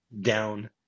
down –